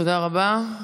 תודה רבה.